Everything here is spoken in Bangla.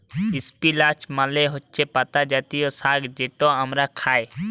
ইস্পিলাচ মালে হছে পাতা জাতীয় সাগ্ যেট আমরা খাই